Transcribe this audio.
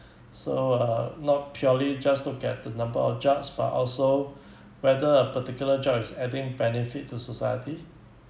so uh not purely just to get the number of jobs but also whether a particular jobs is adding benefit to society